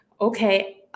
okay